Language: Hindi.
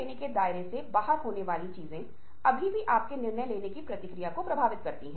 आप पाते हैं कि किसी को धीरज से सुनने की प्रारंभिक प्रक्रिया आपको कुछ हद तक विश्वसनीयता प्रदान करती है